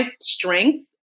strength